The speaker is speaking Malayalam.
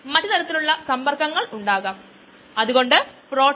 വ്യവസായത്തിൽ അസ്ഥിര എൻസൈമുകൾ ഉപയോഗിക്കുന്നതിനെക്കുറിച്ച് നമ്മൾ നോക്കി